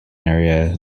area